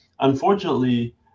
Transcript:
Unfortunately